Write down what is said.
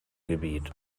gebiet